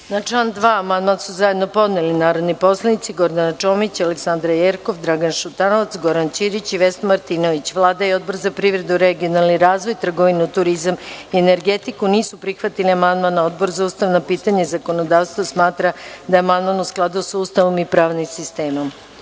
član 2. amandman su zajedno podneli narodni poslanici Gordana Čomić, Aleksandra Jerkov, Dragan Šutanovac, Goran Ćirić i Vesna Martinović. Vlada i Odbor za privredu, regionalni razvoj, trgovinu, turizam i energetiku nisu prihvatili amandman, a Odbor za ustavna pitanja i zakonodavstvo smatra da je amandman u skladu sa Ustavom i pravnim sistemom.